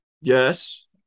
Yes